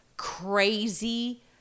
crazy